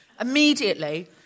immediately